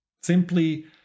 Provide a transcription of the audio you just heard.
simply